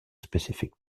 specific